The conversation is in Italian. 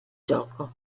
gioco